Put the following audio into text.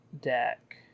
deck